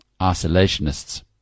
isolationists